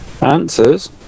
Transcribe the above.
answers